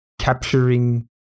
Capturing